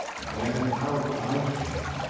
and then out i came.